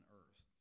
earth